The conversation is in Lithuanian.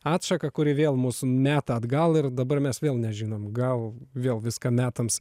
atšaką kuri vėl mus meta atgal ir dabar mes vėl nežinom gal vėl viską metams